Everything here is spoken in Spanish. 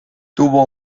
tuvo